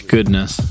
Goodness